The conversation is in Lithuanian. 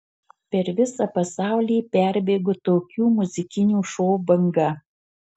per visą pasaulį perbėgo tokių muzikinių šou banga